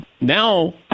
Now